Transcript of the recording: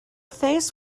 face